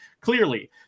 clearly